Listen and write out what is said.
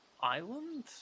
island